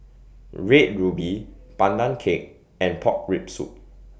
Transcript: Red Ruby Pandan Cake and Pork Rib Soup